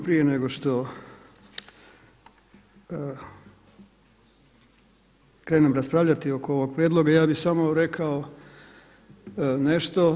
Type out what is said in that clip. Prije nego što krenem raspravljati oko ovog prijedloga ja bih samo rekao nešto.